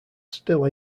still